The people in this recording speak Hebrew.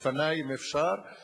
בפנַי אם אפשר,